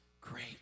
great